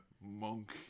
monk